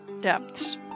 depths